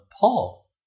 Paul